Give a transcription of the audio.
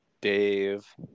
Dave